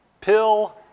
pill